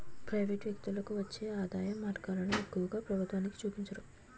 private వ్యక్తులకు వచ్చే ఆదాయం మార్గాలను ఎక్కువగా ప్రభుత్వానికి చూపించరు